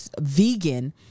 vegan